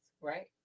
right